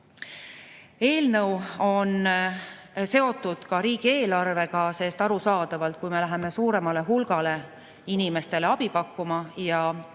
Eelnõu on seotud ka riigieelarvega, sest arusaadavalt, kui me läheme suuremale hulgale inimestele abi pakkuma ja